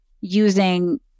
using